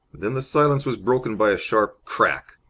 then the silence was broken by a sharp crack.